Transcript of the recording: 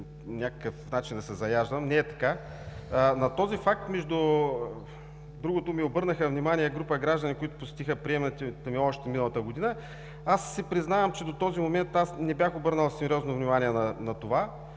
някакъв начин да се заяждам, не е така. На този факт, между другото, ми обърнаха внимание група граждани, които посетиха приемната ми още миналата година. Аз си признавам, че до този момент не бях обърнал сериозно внимание на това,